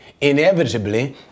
inevitably